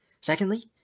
Secondly